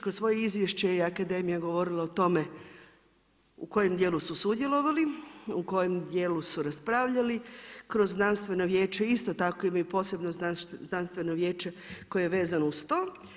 Kroz svoje izvješće je akademija govorila o tome u kojem dijelu su sudjelovali, u kojem dijelu su raspravljali, kroz Znanstveno vijeće isto tako imaju posebno Znanstveno vijeće koje je vezano uz to.